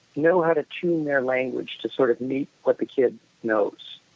know how to tune their language to sort of meet what the kid knows.